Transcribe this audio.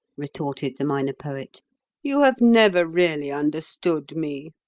retorted the minor poet you have never really understood me.